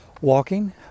walking